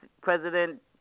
President